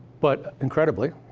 but incredibly,